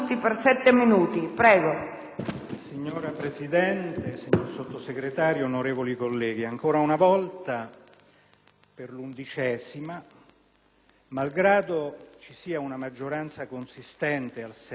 Signora Presidente, signor Sottosegretario, onorevoli colleghi, ancora una volta, per l'undicesima, malgrado vi sia una maggioranza consistente al Senato - 40 voti